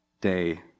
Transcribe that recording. day